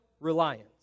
Reliance